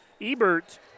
Ebert